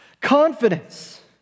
confidence